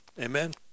Amen